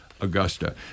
Augusta